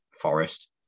Forest